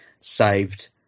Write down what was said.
saved